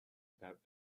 without